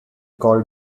called